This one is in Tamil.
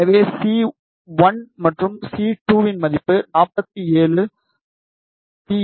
எனவே சி 1 மற்றும் சி 2 இன் மதிப்பு 47 பி